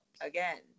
again